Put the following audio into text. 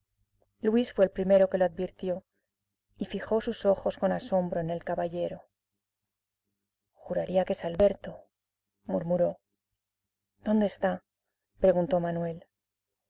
luis fue el primero que lo advirtió y fijó sus ojos con asombro en el caballero juraría que es alberto murmuró dónde está preguntó manuel